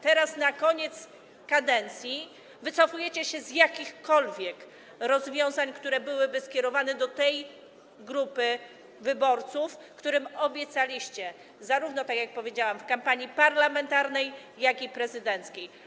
Teraz, na koniec kadencji, wycofujecie się z jakichkolwiek rozwiązań, które byłyby skierowane do tej grupy wyborców, którym obiecaliście, tak jak powiedziałam, zarówno w kampanii parlamentarnej, jak i prezydenckiej.